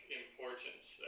importance